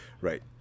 right